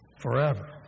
forever